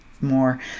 more